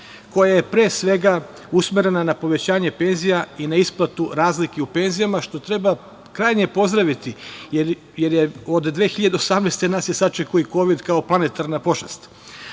koje je pre svega usmerena na povećanje penzija i na isplatu razlike u penzijama, što treba krajnje pozdraviti jer od 2018. godine nas je sačekao i kovid, kao planetarna počast.O